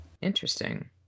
Interesting